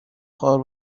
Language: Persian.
خوار